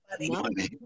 Money